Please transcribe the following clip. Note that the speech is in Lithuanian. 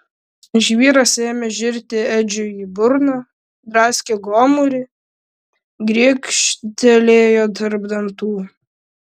žvyras ėmė žirti edžiui į burną draskė gomurį grikštelėjo tarp dantų